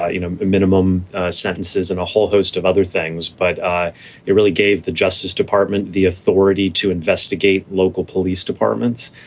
ah you know, minimum sentences and a whole host of other things. but ah it really gave the justice department the authority to investigate local police departments.